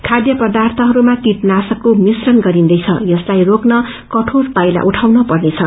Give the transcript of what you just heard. खाथ्य पदार्य्यहरूमा कीटनाशकको मिश्रण गरिदैछ यसलाई रोक्न कक्रोर पाइला उठाउन पर्नेछ